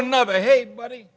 another hey buddy